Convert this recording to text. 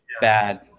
bad